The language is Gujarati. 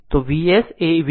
તો Vs એ V1 V2 ની બરાબર હશે